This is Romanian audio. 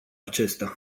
acesta